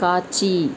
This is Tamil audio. காட்சி